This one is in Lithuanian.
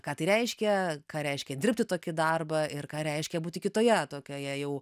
ką tai reiškia ką reiškia dirbti tokį darbą ir ką reiškia būti kitoje tokioje jau